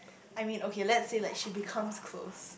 I mean okay let's say like she becomes close